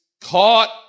caught